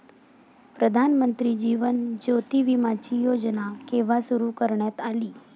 प्रधानमंत्री जीवन ज्योती विमाची योजना केव्हा सुरू करण्यात आली?